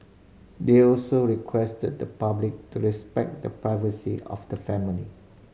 they also requested the public to respect the privacy of the family